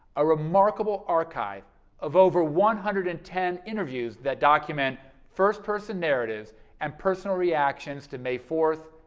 a remarkable archive of over one hundred and ten interviews that document first-person narratives and personal reactions to may fourth,